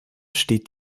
steht